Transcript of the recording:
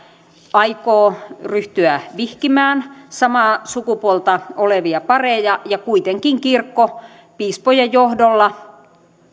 aikoo ryhtyä vihkimään samaa sukupuolta olevia pareja ja kuitenkin kirkko piispojen johdolla